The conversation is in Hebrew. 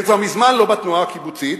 הם כבר מזמן לא בתנועה הקיבוצית,